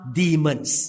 demons